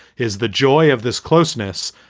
is the joy of this closeness.